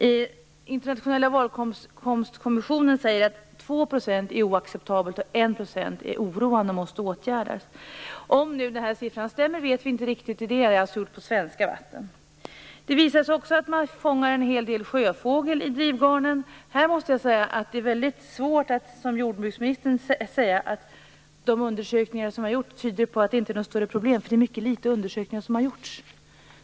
Den internationella valfångstkommissionen säger att 2 % är oacceptabelt, och är det 1 % är det oroande och måste åtgärdas. Vi vet inte riktigt om den här siffran stämmer. Undersökningen är alltså gjord i svenska vatten. Det visar sig också att det fångas en hel del sjöfågel i drivgarnen. I det fallet är det, måste jag säga, mycket svårt att som jordbruksministern säga att de undersökningar som har gjorts tyder på att det inte är något större problem. Det har nämligen gjorts mycket få undersökningar.